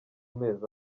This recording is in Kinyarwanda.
mezi